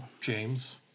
James